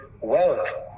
wealth